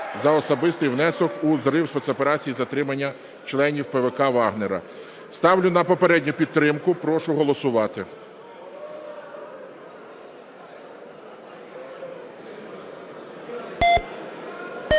за особистий внесок у зрив спецоперації із затримання членів ПВК "Вагнера". Ставлю на попередню підтримку. Прошу голосувати.